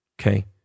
okay